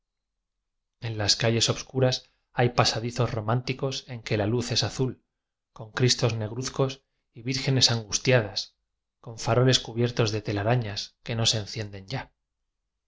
en las calles obscuras hay pasadizos ro mánticos en que la luz es azul con cristos negruzcos y vírgenes angustiadas con fa roles cubiertos de telarañas que no se en cienden ya